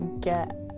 get